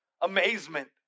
amazement